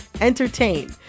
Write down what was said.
entertain